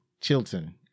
Chilton